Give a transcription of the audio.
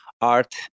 art